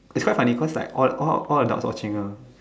it's quite funny cause like all all the dogs watching her